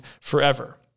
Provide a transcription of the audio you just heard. forever